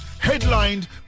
headlined